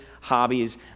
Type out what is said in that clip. hobbies